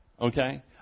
okay